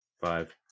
Five